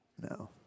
No